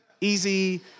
Easy